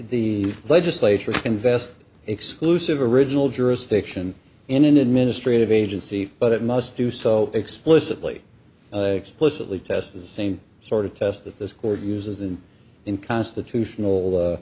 the legislature invests exclusive original jurisdiction in an administrative agency but it must do so explicitly explicitly test the same sort of test that this court uses and in constitutional